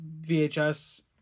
VHS